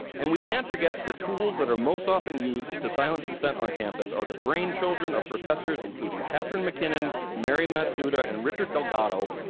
and we can't forget that the tools that are most often to silence dissent on campus are the brain children of professors, i ncluding katherine mckinnon, mary matsuda and richard delgado,